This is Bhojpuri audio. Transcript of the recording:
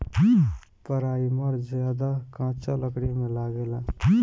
पराइमर ज्यादातर कच्चा लकड़ी में लागेला